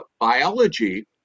biology